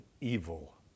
evil